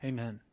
Amen